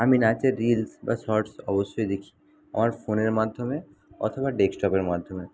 আমি নাচের রিলস বা শর্টস অবশ্যই দেখি আমার ফোনের মাধ্যমে অথবা ডেস্কটপের মাধ্যমে